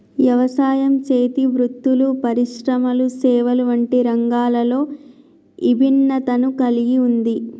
యవసాయం, చేతి వృత్తులు పరిశ్రమలు సేవలు వంటి రంగాలలో ఇభిన్నతను కల్గి ఉంది